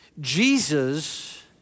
Jesus